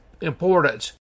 importance